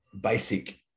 basic